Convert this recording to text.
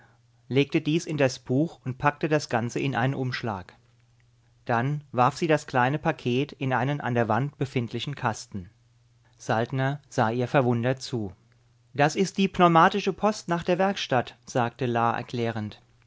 legte dies in das buch und packte das ganze in einen umschlag dann warf sie das kleine paket in einen an der wand befindlichen kasten saltner sah ihr verwundert zu das ist die pneumatische post nach der werkstatt sagte la erklärend